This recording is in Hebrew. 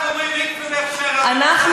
אנחנו אומרים מקווה בהכשר רבנות,